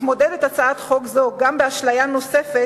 מתמודדת הצעת חוק זו עם אשליה נוספת,